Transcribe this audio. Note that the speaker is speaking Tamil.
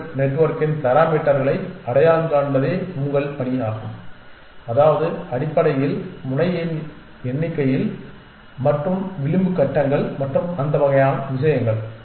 நியூரல் நெட்வொர்க்கின் பாராமீட்டர்களை அடையாளம் காண்பதே உங்கள் பணியாகும் அதாவது அடிப்படையில் முனைகளின் எண்ணிக்கை மற்றும் விளிம்பு கட்டங்கள் மற்றும் அந்த வகையான விஷயங்கள்